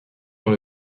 dans